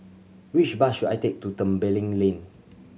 which bus should I take to Tembeling Lane